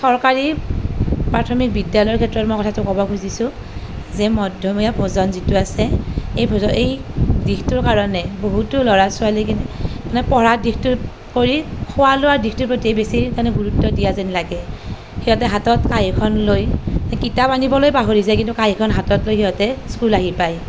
চৰকাৰী প্ৰাথমিক বিদ্যালয়ৰ ক্ষেত্ৰত মই কথাটো ক'ব খুজিছোঁ যে মধ্যমীয়া ভোজন যিটো আছে এই ভোজন এই দিশটোৰ কাৰণে বহুটো ল'ৰা ছোৱালী কিন্তু পঢ়া দিশটোত কৰি খোৱা লোৱা দিশটোৰ প্ৰতি বেছি মানে গুৰুত্ব দিয়া যেন লাগে সিহঁতে হাতত কাঁহীখন লৈ কিতাপ আনিবলৈ পাহৰি যায় কিন্তু কাঁহীখন হাতত লৈ সিহঁতে স্কুল আহি পায়